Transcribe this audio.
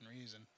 reason